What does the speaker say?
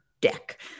deck